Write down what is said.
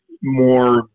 more